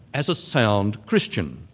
as a sound christian,